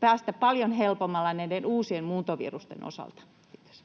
päästä paljon helpommalla näiden uusien muuntovirusten osalta. — Kiitos.